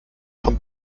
son